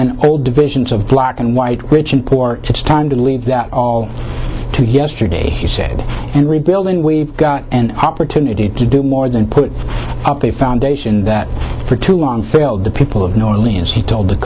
and old divisions of black and white rich and poor it's time to leave that to yesterday he said and rebuilding we've got an opportunity to do more than put up a foundation that for too long failed the people of new orleans he told the